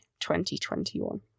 2021